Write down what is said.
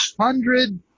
hundred